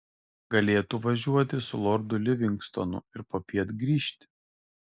galėtų važiuoti su lordu livingstonu ir popiet grįžti